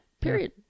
period